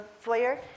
foyer